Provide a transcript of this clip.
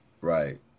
Right